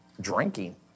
drinking